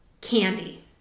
candy